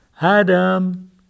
Adam